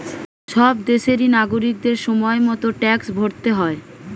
সব দেশেরই নাগরিকদের সময় মতো ট্যাক্স ভরতে হয়